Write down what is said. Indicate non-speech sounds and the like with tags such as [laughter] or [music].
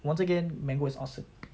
once again mango is awesome [noise]